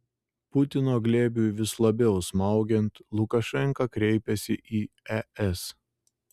putino glėbiui vis labiau smaugiant lukašenka kreipiasi į es